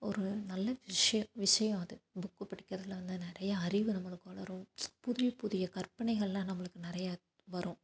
ஒரு நல்ல விஷய விஷயம் அது புக்கு படிக்கிறதில் வந்து நிறையா அறிவு நம்மளுக்கு வளரும் புதிய புதிய கற்பனைகளெலாம் நம்மளுக்கு நிறையா வரும்